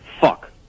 Fuck